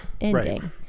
ending